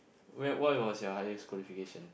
where what was your highest qualification